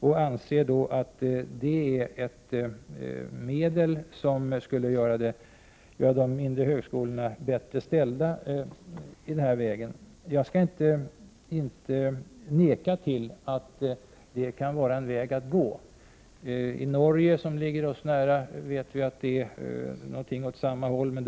Man anser att det är ett medel som skulle göra de mindre högskolorna bättre ställda i det avseendet. Jag skall inte neka till att det kan vara en väg att gå. I Norge, som ligger oss nära, vet vi att man har system med ungefär samma inriktning.